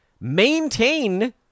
maintain